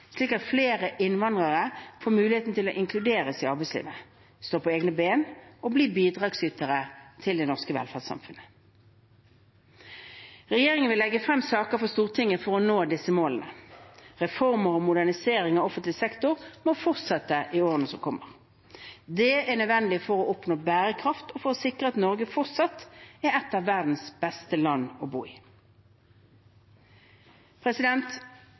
slik at flere innvandrere får muligheten til å inkluderes i arbeidslivet, stå på egne ben og bli bidragsytere til det norske velferdssamfunnet. Regjeringen vil legge frem saker for Stortinget for å nå disse målene. Reformer og modernisering av offentlig sektor må fortsette i årene som kommer. Det er nødvendig for å oppnå bærekraft og for å sikre at Norge fortsatt er et av verdens beste land å bo